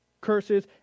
curses